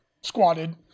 squatted